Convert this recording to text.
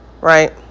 right